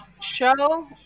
show